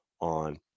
on